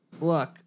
look